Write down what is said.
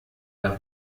der